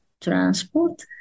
transport